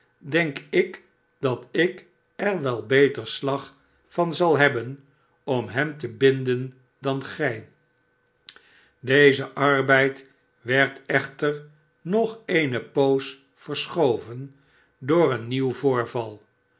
denk ik dat ik er beter slag van zal hebbenomhei te binden dan gij deze arbeid werd echter nog eene poos verschoven door een nieuw voorval